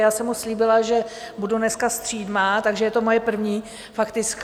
Já jsem mu slíbila, že budu dneska střídmá, takže je to moje první faktická.